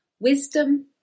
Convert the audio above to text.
Wisdom